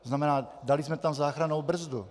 To znamená, dali jsme tam záchrannou brzdu.